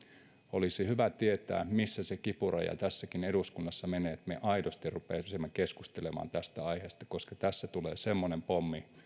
olisi hyvä tietää missä se kipuraja tässäkin eduskunnassa menee niin että me aidosti rupeaisimme keskustelemaan tästä aiheesta koska tässä tulee semmoinen pommi